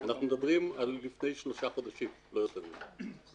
אנחנו מדברים על לפני שלושה חודשים ולא יותר מכך.